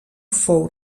fou